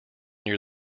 near